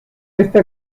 esta